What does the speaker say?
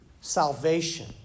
Salvation